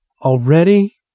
Already